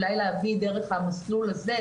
אולי להביא דרך המסלול הזה,